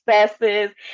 successes